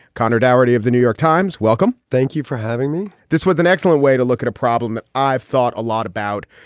connor darity of the new york times. welcome. thank you for having me. this was an excellent way to look at a problem that i've thought a lot about.